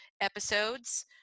episodes